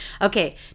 Okay